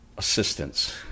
assistance